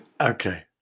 Okay